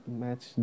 match